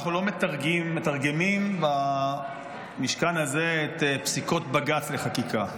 אנחנו לא מתרגמים במשכן הזה את פסיקות בג"ץ לחקיקה,